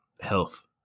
health